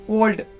old